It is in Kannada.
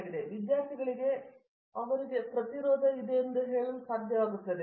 ವಿಶ್ವನಾಥನ್ ವಿದ್ಯಾರ್ಥಿಗಳಿಗೆ ಅವನಿಗೆ ಪ್ರತಿರೋಧ ಏನು ಎಂದು ಹೇಳಲು ಸಾಧ್ಯವಾಗುತ್ತದೆ